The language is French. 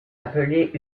appeler